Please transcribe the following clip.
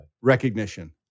recognition